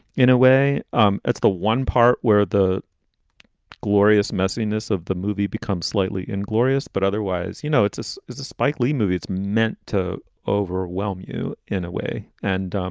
in a way, um that's the one part where the glorious messiness of the movie becomes slightly inglorious. but otherwise, you know, it's it's is a spike lee movie. it's meant to overwhelm you in a way. and, um